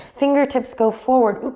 fingertips go forward.